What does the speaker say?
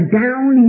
down